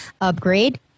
upgrade